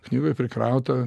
knygoj prikrauta